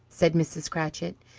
said mrs. cratchit.